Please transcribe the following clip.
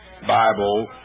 Bible